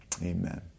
Amen